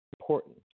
important